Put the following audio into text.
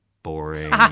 boring